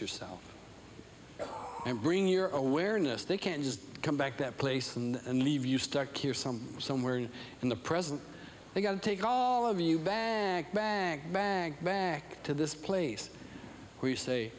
yourself and bring your own awareness they can't just come back that place and leave you stuck your some somewhere in the present they've got to take all of you bad bag bag back to this place where you say